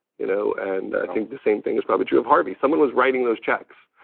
you know and i think the same thing is probably true of harvey. someone was writing those cheques.